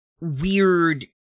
weird